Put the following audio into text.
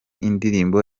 indirimbo